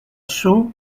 show